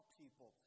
people